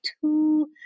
two